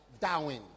Darwin